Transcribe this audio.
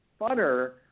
funner